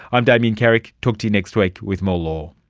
i'm damien carrick, talk to you next week with more law